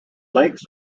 lakes